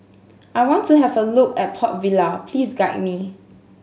I want to have a look a Port Vila please guide me